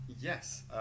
yes